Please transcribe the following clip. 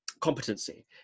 competency